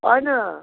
होइन